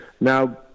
Now